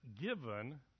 given